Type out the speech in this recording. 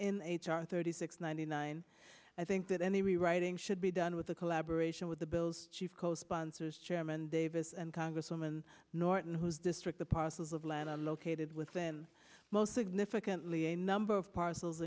in h r thirty six ninety nine i think that any rewriting should be done with the collaboration with the bill's chief co sponsors chairman davis and congresswoman norton whose district the parcels of land are located within most significantly a number of parcels